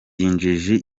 injiji